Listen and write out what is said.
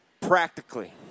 Practically